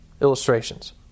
illustrations